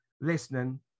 listening